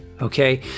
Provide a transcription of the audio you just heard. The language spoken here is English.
okay